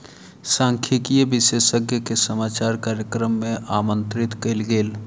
सांख्यिकी विशेषज्ञ के समाचार कार्यक्रम मे आमंत्रित कयल गेल